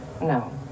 No